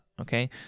okay